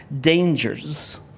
dangers